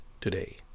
today